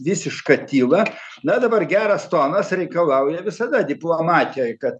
visišką tylą na dabar geras tonas reikalauja visada diplomatijoj kad